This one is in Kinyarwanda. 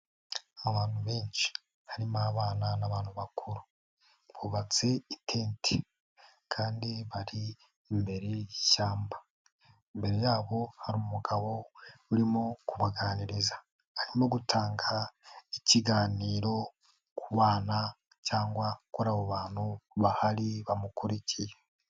Abantu benshi harimo abana n'abantu bakuru, bubatse itente kandi bari imbere y'ishyamba, imbere yabo hari umugabo urimo kubaganiriza, arimo gutanga ikiganiro ku bana cyangwa ku bantu bahari bamukurikiye.